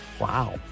Wow